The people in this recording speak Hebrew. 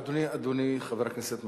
אדוני חבר הכנסת מקלב,